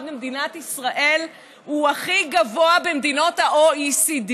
במדינת ישראל הוא הכי גבוה במדינות ה-OECD.